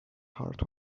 heart